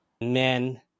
men